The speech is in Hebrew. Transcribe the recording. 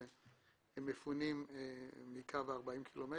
שמפונים מקו ה-40 קילומטר.